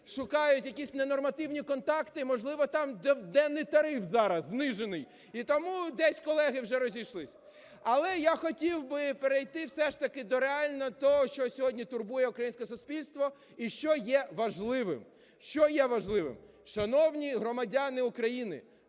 шукають якісь ненормативні контакти і, можливо, там денний тариф зараз знижений, і тому десь колеги вже розійшлись. Але я хотів би перейти все ж таки до реально того, що сьогодні турбує українське суспільство і що є важливим. Що є важливим? Шановні громадяни України!